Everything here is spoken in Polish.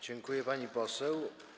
Dziękuję, pani poseł.